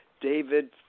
David